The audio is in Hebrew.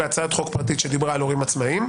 בהצעת חוק פרטית שדיברה על הורים עצמאים.